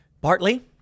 partly